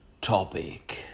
topic